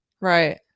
Right